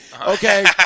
okay